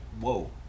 Whoa